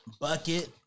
bucket